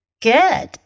Good